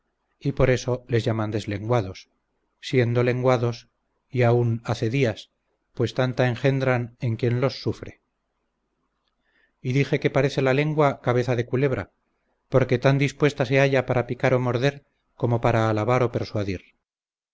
y por eso les llaman deslenguados siendo lenguados y aun acedías pues tantas engendran en quien los sufre y dije que parece la lengua cabeza de culebra porque tan dispuesta se halla para picar o morder como para alabar o persuadir